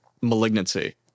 malignancy